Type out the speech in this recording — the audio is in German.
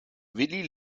willi